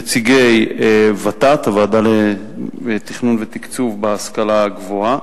נציגי ות"ת, הוועדה לתכנון ותקצוב בהשכלה הגבוהה,